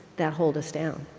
that hold us down